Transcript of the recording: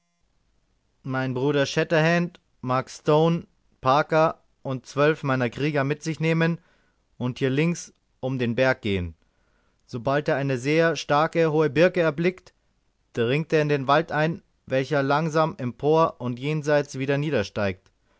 mein bruder shatterhand mag stone parker und zwölf meiner krieger mit sich nehmen und hier links um den berg gehen sobald er eine sehr starke hohe birke erblickt dringt er in den wald ein welcher langsam empor und jenseits wieder